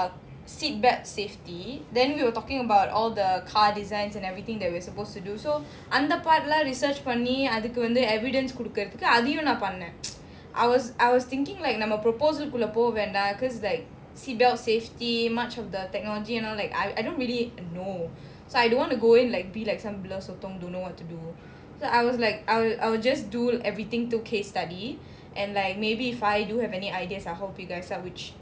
uh seat belt safety then we were talking about all the car designs and everything that we're supposed to do so அந்த:andha lah research பண்ணிஅதுக்குவந்து:panni adhuku vandhu evidence கொடுக்குறதுக்குஅதையும்நான்பண்ணேன்:kodukurathuku adhayum nan pannen I was I was thinking like நம்ம:namma proposal குள்ளபோகவேண்டாம்:kullapoga vendam because like seat belt safety the technology you know like I I don't really know so I don't want to go in like be like some blur sotong don't know what to do so I was like I will I will just do everything two case study and like maybe if I do have any ideas I will update you guys I which